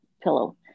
pillow